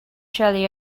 shelly